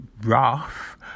rough